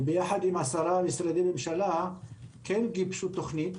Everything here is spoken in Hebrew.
וביחד עם עשרה משרדי ממשלה גיבשו תוכנית